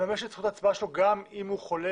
לממש את זכות ההצבעה שלו גם אם הוא חולה